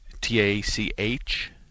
T-A-C-H